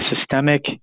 systemic